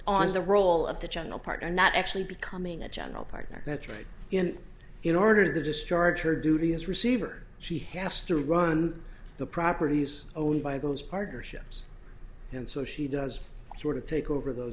on the role of the general partner not actually becoming a general partner that's right in order to discharge her duty as receiver she has to run the properties owned by those partnerships and so she does sort of take over those